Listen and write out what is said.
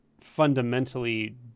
fundamentally